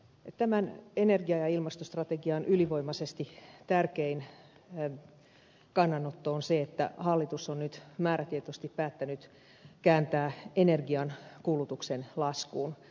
tämän energia ja ilmastostrategian ylivoimaisesti tärkein kannanotto on se että hallitus on nyt määrätietoisesti päättänyt kääntää energiankulutuksen laskuun